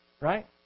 right